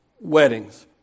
weddings